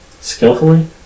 Skillfully